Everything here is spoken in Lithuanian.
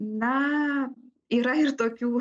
na yra ir tokių